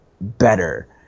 better